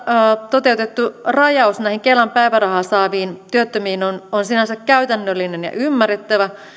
toteutettu rajaus näihin kelan päivärahaa saaviin työttömiin on on sinänsä käytännöllinen ja ymmärrettävä